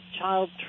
child